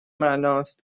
معناست